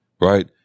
right